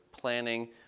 planning